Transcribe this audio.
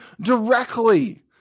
directly